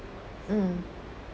mm